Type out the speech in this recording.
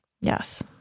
Yes